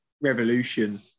Revolution